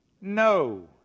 No